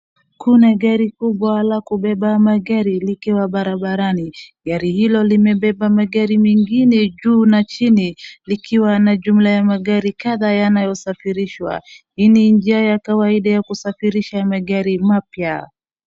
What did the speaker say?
Kwenye gari kubwa la kubeba magari ilikwa barabarani. Gari hilo limebeba magari mengine juu na chini likiwa na jumla ya magari kadha yanayosafirishwa. Hii ni nji ya kawaida ya kusafurisha magari mapya.